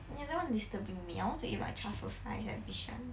you are the one disturbing me I want to eat my truffle fries at bishan